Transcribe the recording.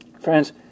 Friends